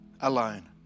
alone